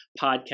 podcast